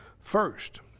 first